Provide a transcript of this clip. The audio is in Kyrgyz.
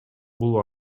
бул